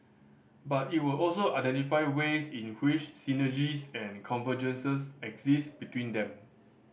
but it will also identify ways in which synergies and convergences exist between them